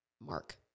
Mark